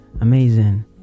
amazing